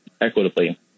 equitably